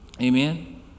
Amen